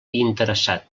interessat